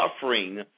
suffering